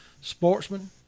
sportsman